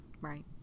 Right